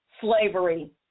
slavery